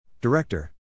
Director